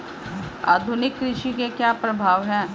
आधुनिक कृषि के क्या प्रभाव हैं?